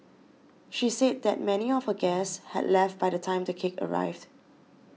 she said that many of her guests had left by the time the cake arrived